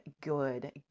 good